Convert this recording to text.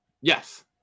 Yes